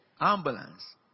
ambulance